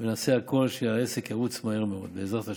נעשה הכול כדי שהעסק ירוץ מהר מאוד, בעזרת השם.